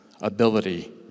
ability